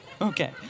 okay